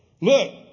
look